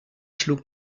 schlug